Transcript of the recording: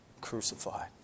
crucified